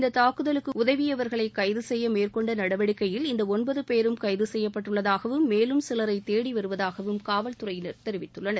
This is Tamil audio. இந்த தாக்குதலுக்கு உதவியவர்களை கைது செய்ய மேற்கொண்ட நடவடிக்கையில் இந்த ஒன்பது பேரும் கைதசெய்யப்பட்டுள்ளதாகவும் மேலும் சிலரை தேடி வருவதாகவும் காவல் துறையினர் தெரிவித்துள்ளனர்